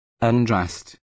undressed